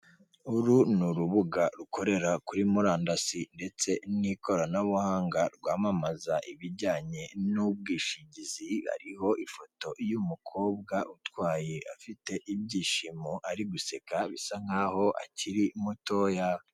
Uru ni urubuga rukorera kuri murandasi ndetse n'ikoranabuhanga rwamamaza ibijyanye n'ubwishingizi, hari ifoto y'umukobwa utwaye afite ibyishimo ari guseka bisa nkaho akiri mutoya.